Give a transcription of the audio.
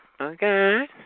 Okay